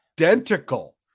identical